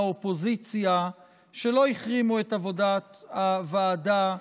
האופוזיציה שלא החרימו את עבודת הוועדה,